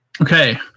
Okay